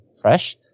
fresh